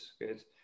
good